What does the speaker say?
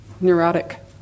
neurotic